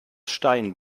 stein